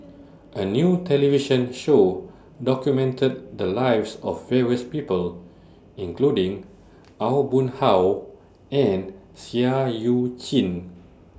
A New television Show documented The Lives of various People including Aw Boon Haw and Seah EU Chin